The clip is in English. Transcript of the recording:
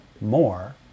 more